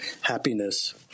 happiness